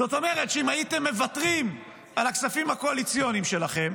זאת אומרת שאם הייתם מוותרים על הכספים הקואליציוניים שלכם,